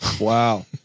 Wow